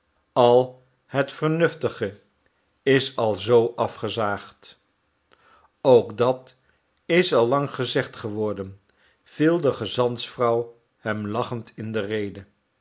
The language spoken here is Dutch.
al het vernuftige is al zoo afgezaagd ook dat is al lang gezegd geworden viel de gezantsvrouw hem lachend in de rede